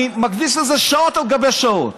אני מקדיש לזה שעות על גבי שעות,